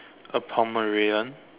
a Pomeranian